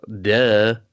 duh